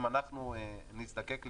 אם אנחנו נזדקק ליבוא,